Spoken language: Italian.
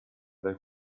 del